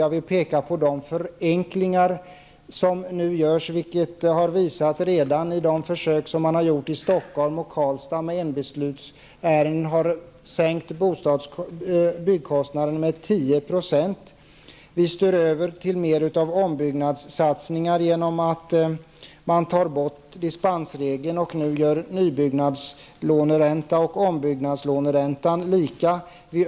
Det görs också förenklingar, vilket redan har visats genom de försök som man har gjort i Stockhol och Karlstad med enbeslutsärenden, som bidrar till att byggkostnaderna har sänkts med 10 §. Genom att ta bort dispensregler och jämställa nybyggnadslåneräntan med ombyggnadsräntan överförs det mera resurser till ombyggnadssatsningar.